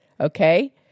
okay